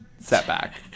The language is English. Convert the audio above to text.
setback